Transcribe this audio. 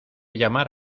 llamar